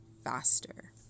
faster